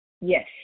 Yes